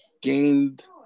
gained